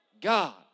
God